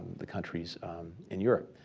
the countries in europe.